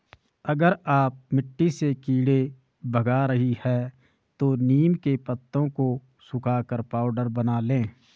अगर आप मिट्टी से कीड़े भगा रही हैं तो नीम के पत्तों को सुखाकर पाउडर बना लें